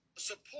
Support